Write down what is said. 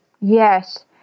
Yes